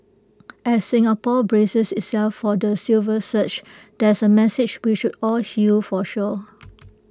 as Singapore braces itself for the silver surge that's A message we should all heal for sure